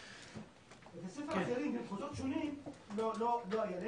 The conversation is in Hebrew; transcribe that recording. לבתי הספר האחרים במחוזות שונים לא היה,